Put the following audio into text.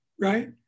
right